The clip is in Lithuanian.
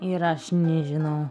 ir aš nežinau